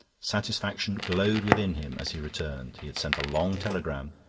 satisfaction glowed within him as he returned. he had sent a long telegram,